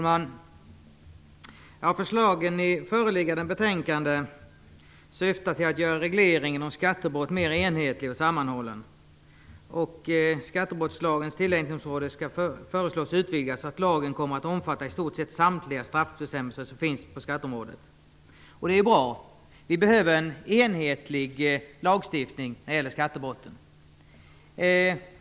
Herr talman! Förslagen i föreliggande betänkande syftar till att göra regleringen av skattebrott mer enhetlig och sammanhållen. Skattebrottslagens tillämpningsområde skall föreslås utvidgas så att lagen kommer att omfatta i stort sett samtliga straffbestämmelser som finns på skatteområdet. Det är bra. Vi behöver en enhetlig lagstiftning när det gäller skattebrotten.